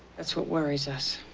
that's what worries us.